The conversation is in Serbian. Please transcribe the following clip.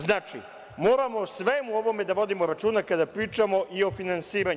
Znači, moramo o svemu ovome da vodimo računa kada pričamo i o finansiranju.